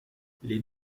les